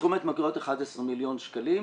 בתחום ההתמכרויות 11 מיליון שקלים,